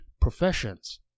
professions